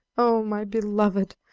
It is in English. oh, my beloved,